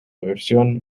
versión